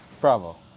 Bravo